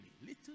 Little